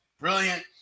brilliant